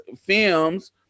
films